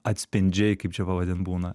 atspindžiai kaip čia pavadint būna